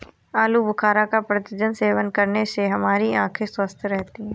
आलू बुखारा का प्रतिदिन सेवन करने से हमारी आंखें स्वस्थ रहती है